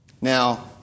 Now